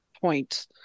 point